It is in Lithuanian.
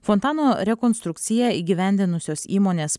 fontano rekonstrukciją įgyvendinusios įmonės